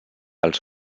als